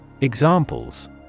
Examples